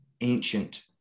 ancient